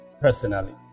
personally